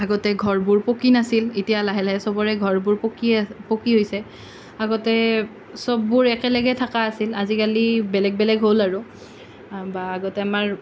আগতে ঘৰবোৰ পকী নাছিল এতিয়া লাহে লাহে সবৰে ঘৰবোৰৰ পকী আছ পকী হৈছে আগতে সববোৰ একেলগে থকা আছিল আজিকালি বেলেগ বেলেগ হ'ল আৰু বা আগতে আমাৰ